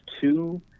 two